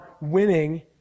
winning